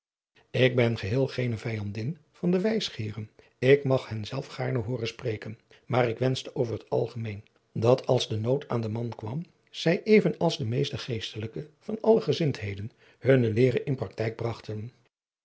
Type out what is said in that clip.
ik ben geheel geene vijandin van de wijsgeeren ik mag hen zelf gaarne hooren spreken maar ik wenschte over het algemeen dat als de nood aan den man kwam zij even als de meeste geestelijken van alle gezindheden hunne leere in paktijk bragten